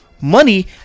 money